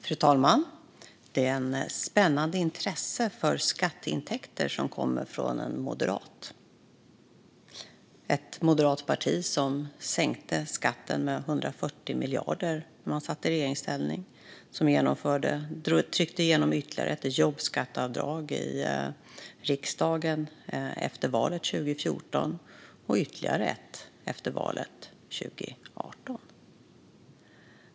Fru talman! Det är ett spännande intresse för skatteintäkter från en moderat - från ett moderat parti som sänkte skatten med 140 miljarder när man satt i regeringsställning och som tryckte igenom ytterligare ett jobbskatteavdrag i riksdagen efter valet 2014 och ytterligare ett efter valet 2018.